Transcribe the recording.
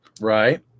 Right